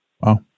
Wow